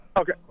Okay